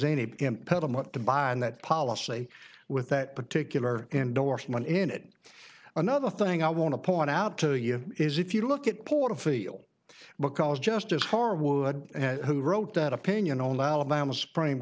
any impediment to buying that policy with that particular endorsement in it another thing i want to point out to you is if you look at porterfield because justice harwood who wrote that opinion only alabama supreme